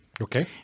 Okay